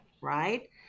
Right